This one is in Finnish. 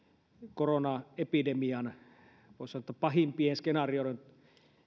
koronaepidemian osalta pahimpien skenaarioiden